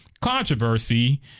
controversy